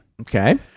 Okay